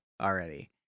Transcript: already